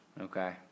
Okay